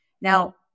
Now